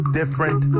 different